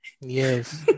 Yes